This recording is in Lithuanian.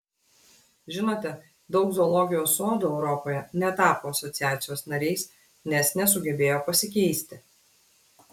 žinote daug zoologijos sodų europoje netapo asociacijos nariais nes nesugebėjo pasikeisti